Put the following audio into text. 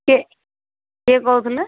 କିଏ କିଏ କହୁଥିଲେ